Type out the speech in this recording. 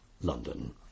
London